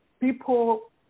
people